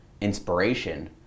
inspiration